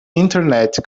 internet